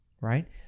right